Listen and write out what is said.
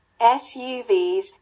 SUVs